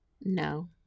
No